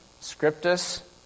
scriptus